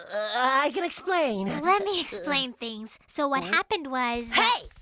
i can explain. let me explain things. so what happened was hey!